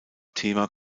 thema